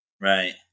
Right